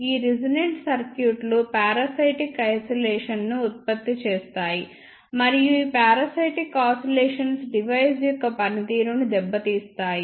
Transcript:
ఈ రెసొనెంట్ సర్క్యూట్లు parasitic oscillations ను ఉత్పత్తి చేస్తాయి మరియు ఈ పారాసైటిక్ ఆసిలేషన్స్ డివైస్ యొక్క పనితీరును దెబ్బతీస్తాయి